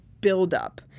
buildup